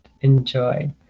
enjoy